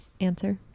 answer